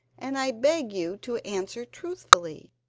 and i beg you to answer truthfully.